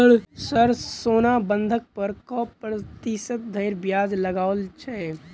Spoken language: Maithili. सर सोना बंधक पर कऽ प्रतिशत धरि ब्याज लगाओल छैय?